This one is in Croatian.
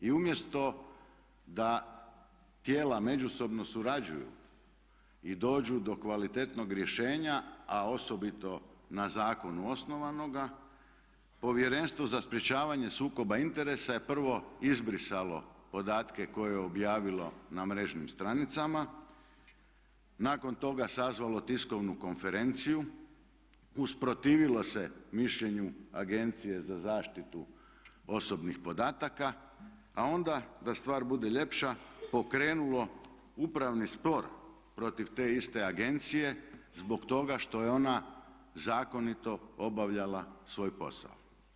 I umjesto da tijela međusobno surađuju i dođu do kvalitetnog rješenja a osobito na zakonu osnovanoga, Povjerenstvo za sprječavanje sukoba interesa je prvo izbrisalo podatke koje je objavilo na mrežnim stranicama, nakon toga sazvalo tiskovnu konferenciju, usprotivilo se mišljenju Agencije za zaštitu osobnih podataka, a onda da stvar bude ljepša pokrenulo upravni spor protiv te iste agencije zbog toga što je ona zakonito obavljala svoj posao.